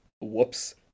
Whoops